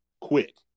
quick